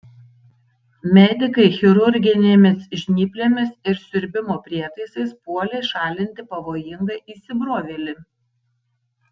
medikai chirurginėmis žnyplėmis ir siurbimo prietaisais puolė šalinti pavojingą įsibrovėlį